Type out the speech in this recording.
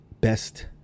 best